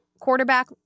quarterback